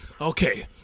Okay